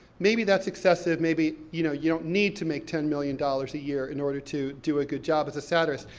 maybe that's excessive, maybe, you know, you don't need to make ten million dollars a year in order to do a good job as a satirist.